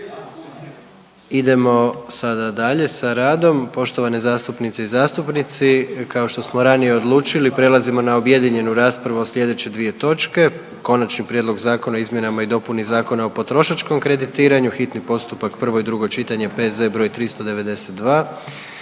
Idemo sada dalje sa radom. Poštovane zastupnice i zastupnici, kao što smo ranije odlučili, prelazimo na objedinjenu raspravu o sljedeće 2 točke: - Prijedlog zakona o izmjenama i dopuni Zakona o potrošačkom kreditiranju, s konačnim prijedlogom zakona, hitni postupak, prvo i drugo čitanje, P.Z. br. 392